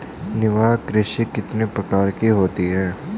निर्वाह कृषि कितने प्रकार की होती हैं?